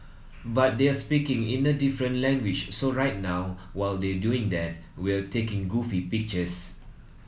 but they're speaking in a different language so right now while they're doing that we're taking goofy pictures